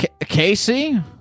Casey